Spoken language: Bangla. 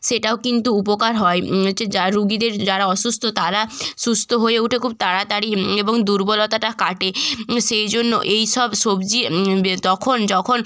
সেটাও কিন্তু উপকার হয় হচ্ছে যা রোগীদের যারা অসুস্থ তারা সুস্থ হয়ে ওঠে খুব তাড়াতাড়ি এবং দুর্বলতাটা কাটে সেই জন্য এই সব সবজি বে তখন যখন